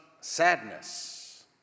sadness